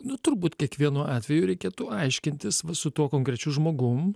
nu turbūt kiekvienu atveju reikėtų aiškintis su tuo konkrečiu žmogum